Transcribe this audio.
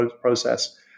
process